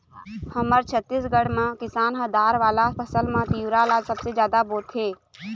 हमर छत्तीसगढ़ म किसान ह दार वाला फसल म तिंवरा ल सबले जादा बोथे